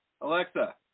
Alexa